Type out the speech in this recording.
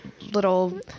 little